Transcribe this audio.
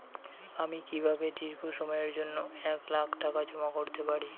আমি কিভাবে দীর্ঘ সময়ের জন্য এক লাখ টাকা জমা করতে পারি?